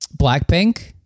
Blackpink